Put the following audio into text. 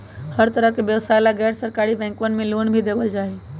हर तरह के व्यवसाय ला गैर सरकारी बैंकवन मे लोन भी देवल जाहई